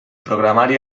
programari